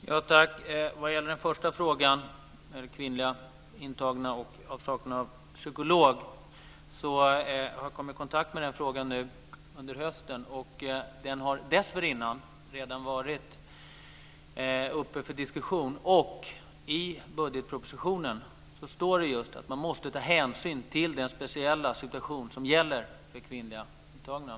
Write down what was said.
Herr talman! Jag har kommit i kontakt med frågan om kvinnliga intagna och avsaknad av psykolog nu under hösten. Den har dessförinnan redan varit uppe för diskussion. I budgetpropositionen står det just att man måste ta hänsyn till den speciella situation som gäller för kvinnliga intagna.